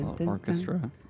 orchestra